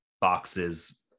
boxes